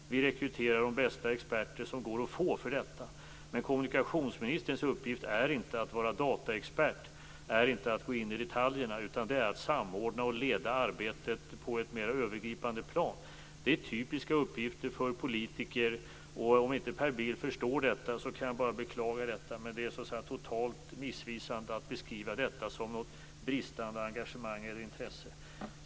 Regeringen rekryterar de bästa experter som går att få. Kommunikationsministerns uppgift är inte att vara dataexpert eller att gå in i detaljerna. Den är att samordna och leda arbetet på ett mer övergripande plan. Detta är typiska uppgifter för politiker. Om inte Per Bill förstår detta kan jag bara beklaga det. Det är totalt missvisande att beskriva detta som bristande engagemang eller intresse.